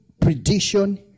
prediction